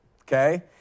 okay